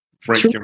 Frank